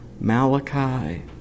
Malachi